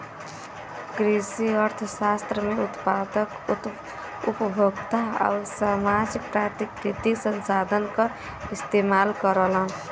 कृषि अर्थशास्त्र में उत्पादक, उपभोक्ता आउर समाज प्राकृतिक संसाधन क इस्तेमाल करलन